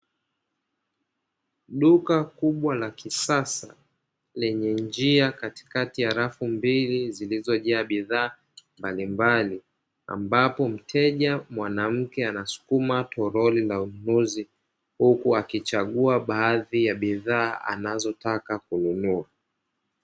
Duka kubwa la kisasa, lenye njia katikati ya rafu mbili zilizojaa bidhaa mbalimbali, ambapo mteja mwanamke anasukuma torori la ununuzi, huku akichagua baadhi ya bidhaa anazozitaka kununua.